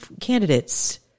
candidates